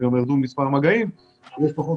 ירדו גם מספר המגעים אז יש פחות